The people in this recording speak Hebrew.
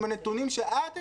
עם הנתונים שאת הצגת,